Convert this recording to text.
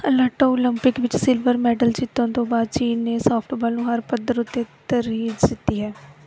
ਅਲੱਟੋ Olympic ਵਿੱਚ silver medal ਜਿੱਤਣ ਤੋਂ ਬਾਅਦ ਚੀਨ ਨੇ ਸਾਫਟਬਲ ਨੂੰ ਹਰ ਪੱਧਰ ਉੱਤੇ ਤਰਜੀਹ ਦਿੱਤੀ ਹੈ